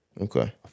Okay